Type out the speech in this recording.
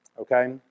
Okay